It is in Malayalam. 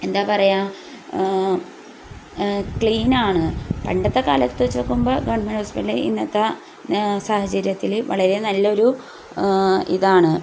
എന്താ പറയുക ക്ലീൻ ആണ് പണ്ടത്തെ കാലത്ത് വെച്ചുനോക്കുമ്പോൾ ഗവൺമെൻറ് ഹോസ്പിറ്റലിൽ ഇന്നത്തെ സാഹചര്യത്തിൽ വളരെ നല്ലൊരു ഇതാണ്